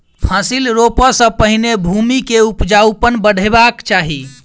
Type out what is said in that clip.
फसिल रोपअ सॅ पहिने भूमि के उपजाऊपन बढ़ेबाक चाही